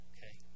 Okay